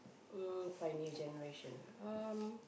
um pioneer generation um